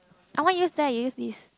I want use that you use this